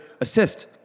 assist